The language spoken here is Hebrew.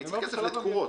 אני צריך כסף לתקורות.